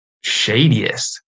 Shadiest